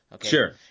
Sure